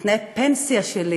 תנאי הפנסיה שלי